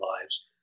lives